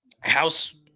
House